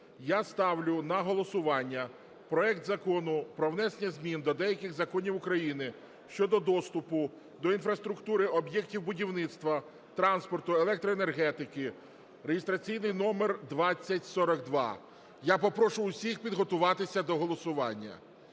я ставлю на голосування проект Закону про внесення змін до деяких законів України щодо доступу до інфраструктури об'єктів будівництва, транспорту, електроенергетики (реєстраційний номер 2042). Я попрошу всіх підготуватися до голосування.